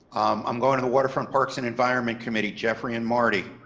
i'm going to the waterfront parks and environment committee jeffrey and marty.